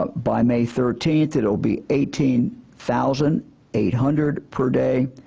ah by may thirteenth, it will be eighteen thousand eight hundred per day,